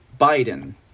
Biden